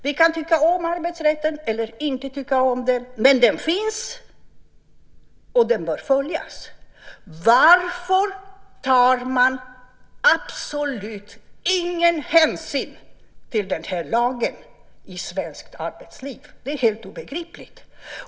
Vi kan tycka om eller inte tycka om arbetsrätten, men den finns, och den bör följas. Varför tar man ingen som helst hänsyn till den lagen i svenskt arbetsliv? Det är helt obegripligt.